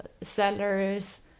seller's